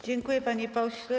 Dziękuję, panie pośle.